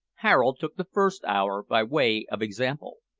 harold took the first hour by way of example.